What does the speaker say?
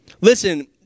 Listen